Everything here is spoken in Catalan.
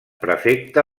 prefecte